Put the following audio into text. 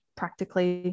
practically